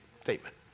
statement